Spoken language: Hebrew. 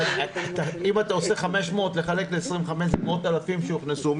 אבל אם אתה 500 לחלק ל-25 זה מאות אלפים שהוכנסו.